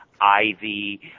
ivy